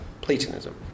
Platonism